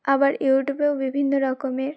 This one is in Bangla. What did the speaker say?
আবার ইউটিউবেও বিভিন্ন রকমের